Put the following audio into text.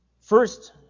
first